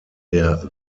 der